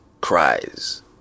cries